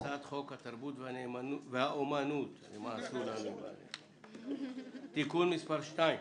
הצעת חוק התרבות והאמנות (תיקון מס' 2),